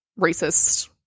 racist